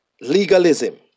legalism